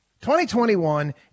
2021